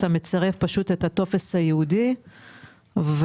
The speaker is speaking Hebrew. אתה מצרף פשוט את הטופס הייעודי ואישור